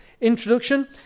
introduction